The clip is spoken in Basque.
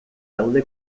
daude